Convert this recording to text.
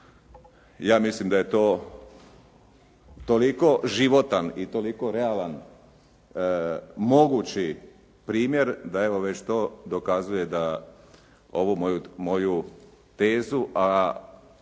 Ja mislim da je to toliko životan i toliko realan, mogući primjer, da evo već to dokazuje da ovu moju tezu,